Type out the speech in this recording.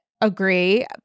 agree